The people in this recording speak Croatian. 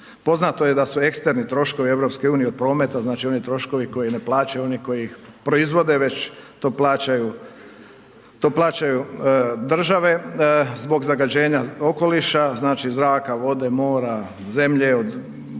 Poznato je da su eksterni troškovi EU od prometa znači oni troškovi koji ne plaćaju oni koji ih proizvode, već to plaćaju države zbog zagađenja okoliša znači zraka, vode, mora, zemlje od razine